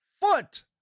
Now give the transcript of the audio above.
foot